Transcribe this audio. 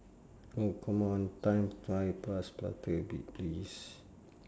oh come on time fly past faster a bit please